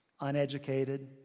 uneducated